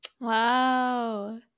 Wow